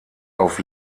auf